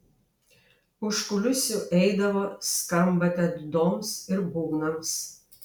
už kulisių eidavo skambate dūdoms ir būgnams